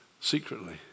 secretly